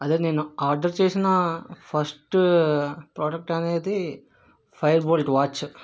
అది నేను ఆర్డర్ చేసిన ఫస్ట్ ప్రొడక్ట్ అనేది ఫైర్ బోల్ట్ వాచ్